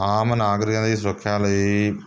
ਆਮ ਨਾਗਰਿਕਾਂ ਦੀ ਸੁਰੱਖਿਆ ਲਈ